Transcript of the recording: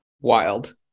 Wild